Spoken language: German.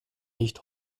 nicht